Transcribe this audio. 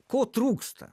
ko trūksta